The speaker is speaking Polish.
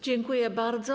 Dziękuję bardzo.